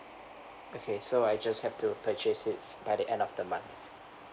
okay so I just have to purchase it by the end of the month